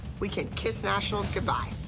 we can kiss nationals goodbye.